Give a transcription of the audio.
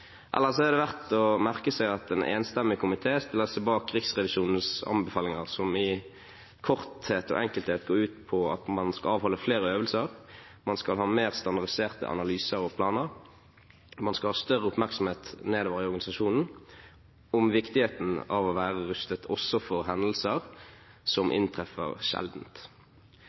Ellers er det verdt å merke seg at en enstemmig komité stiller seg bak Riksrevisjonens anbefalinger, som kort og enkelt går ut på at man skal avholde flere øvelser, man skal ha mer standardiserte analyser og planer, og man skal ha større oppmerksomhet nedover i organisasjonen om viktigheten av å være rustet også for hendelser som